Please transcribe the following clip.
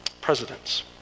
presidents